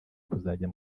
kuzajya